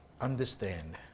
understand